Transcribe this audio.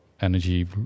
energy